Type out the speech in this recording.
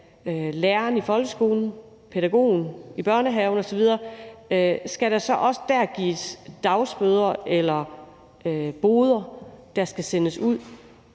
lærerne i folkeskolen, pædagogen i børnehaven osv.? Skal der så også dér gives dagbøder eller bøder, der skal sendes ud?